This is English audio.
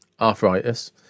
arthritis